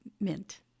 Mint